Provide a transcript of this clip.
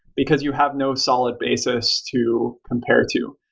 because you have no solid basis to compare to.